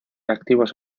activos